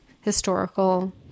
historical